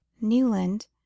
Newland